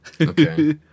okay